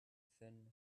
thin